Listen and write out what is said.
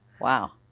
Wow